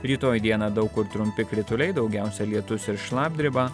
rytoj dieną daug kur trumpi krituliai daugiausia lietus ir šlapdriba